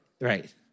right